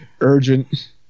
Urgent